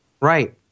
Right